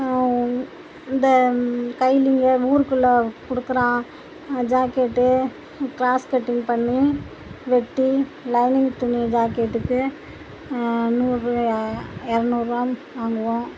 இந்த கைலிங்க ஊருக்குள்ள கொடுக்குறா ஜாக்கெட்டு க்ராஸ் கட்டிங் பண்ணி வெட்டி லைனிங் துணி ஜாக்கெட்டுக்கு நூறு இரநூறுவான்னு வாங்குவோம்